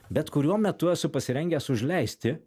bet kuriuo metu esu pasirengęs užleisti